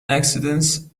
accidents